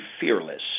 Fearless